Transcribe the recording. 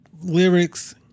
Lyrics